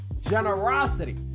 generosity